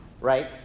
right